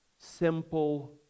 simple